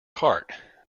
cart